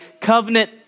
covenant